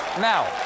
Now